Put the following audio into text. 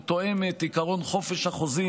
הוא תואם את עקרון חופש החוזים,